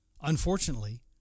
Unfortunately